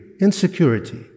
insecurity